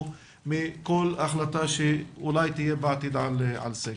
מכול החלטה שאולי תהיה בעתיד על סגר.